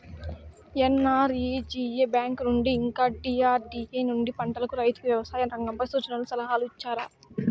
NREGA bank నుండి ఇంకా DRDA నుండి పంటలకు రైతుకు వ్యవసాయ రంగంపై సూచనలను సలహాలు ఇచ్చారా